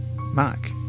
Mac